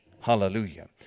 hallelujah